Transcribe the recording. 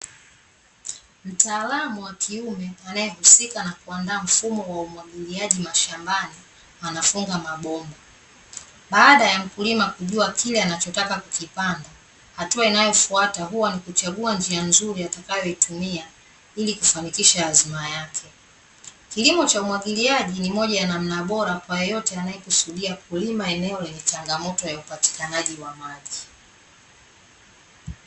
Mtaalamu wa kiume anayehusika na kuandaa mfumo wa umwagiliaji mashambani, anafunga mabomba. Baada ya mkulima kujua kile anachotaka kukipanda, hatua inayofuata huwa ni kuchagua njia nzuri atakayoitumia ili kufanikisha azma yake. Kilimo cha umwagiliaji ni moja ya namna bora kwa yeyote anayekusudia kulima eneo lenye changamoto ya upatikanaji wa maji.